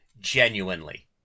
genuinely